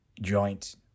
joint